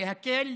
להקל,